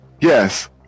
Yes